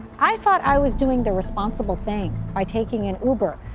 i thought i was doing the responsible thing by taking an uber.